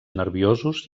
nerviosos